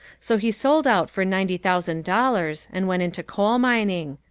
so he sold out for ninety thousand dollars and went into coal mining.